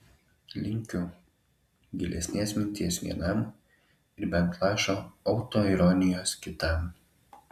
linkiu gilesnės minties vienam ir bent lašo autoironijos kitam